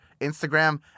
Instagram